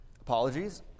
Apologies